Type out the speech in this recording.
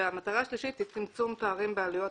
והמטרה השלישית היא צמצום פערים בעלויות